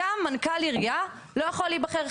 גם מנכ"ל עירייה לא יכול להיבחר,